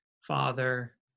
Father